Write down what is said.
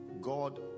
God